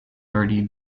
thirty